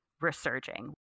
resurging